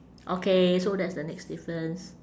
okay so that's the next difference